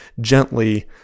gently